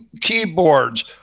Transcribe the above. keyboards